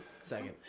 Second